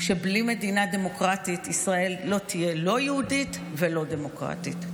שבלי מדינה דמוקרטית ישראל לא תהיה לא יהודית ולא דמוקרטית.